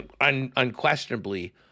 unquestionably